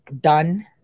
done